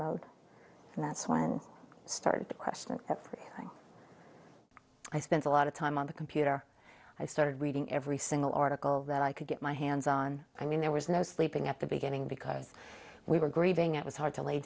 mode and that's when i started questioning it i spent a lot of time on the computer i started reading every single article that i could get my hands on i mean there was no sleeping at the beginning because we were grieving it was hard to lay